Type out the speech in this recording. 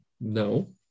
No